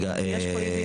כי יש פה אי בהירות.